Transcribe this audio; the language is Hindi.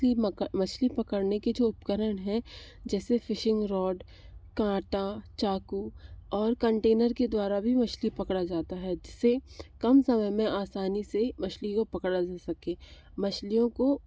इस लिए मक मछली पकड़ने के जो उपकरण हैं जैसे फिशिंग रॉड कांटा चाकू और कंटेनर के द्वारा भी मछली पकड़ा जाता है जिस से कम समय में आसानी से मछली को पकड़ा जा सके मछलियों को